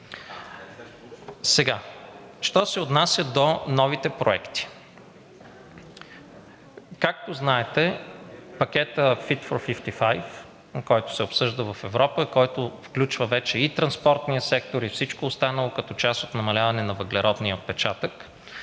Що се отнася до новите проекти. Както знаете, Пакетът Fit for 55, който се обсъжда в Европа и който включва вече и транспортния сектор, и всичко останало като част от намаляване на въглеродния отпечатък,